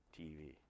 TV